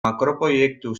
makroproiektu